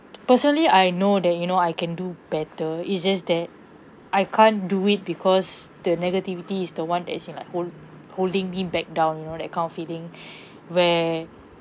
personally I know that you know I can do better it's just that I can't do it because the negativity is the [one] that is in like hold~ holding me back down you know that kind of feeling where